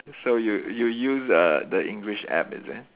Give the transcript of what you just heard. so you you use the the English app is it